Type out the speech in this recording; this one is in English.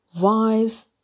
wives